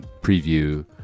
preview